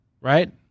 right